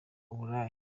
uburaya